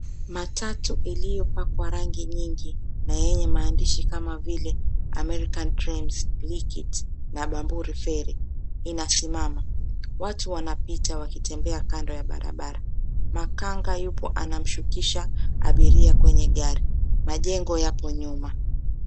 Matatu iliyo pakwa rangi nyingi na yenye maandishi kama vile; American Dreams , Lick it na Bamburi Ferri inasimama. Watu wanapita wakitembea kando ya barabara. Makanga yupo anamshukisha abiria kwenye gari. Majengo yapo nyuma.